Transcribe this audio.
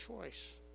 choice